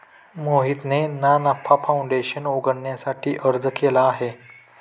मोहितने ना नफा फाऊंडेशन उघडण्यासाठी अर्ज केला आहे